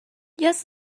yes